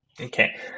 Okay